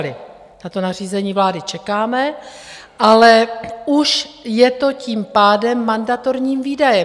Na to nařízení vlády čekáme, ale už je to tím pádem mandatorním výdajem.